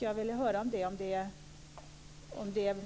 Jag vill höra hur det är med det.